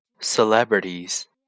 Celebrities